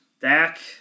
Dak